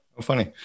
Funny